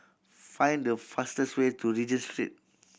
find the fastest way to Regent Street